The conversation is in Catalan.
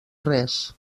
res